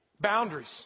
Boundaries